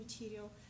material